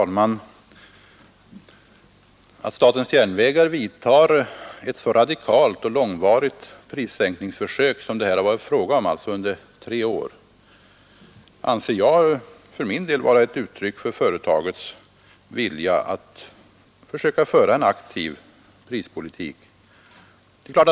Herr talman! Att SJ gör ett så radikalt och långvarigt prissänkningsförsök som det här har varit fråga om, alltså under tre år, anser jag för del vara ett uttryck för företagets vilja att föra en aktiv prispolitik.